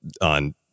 on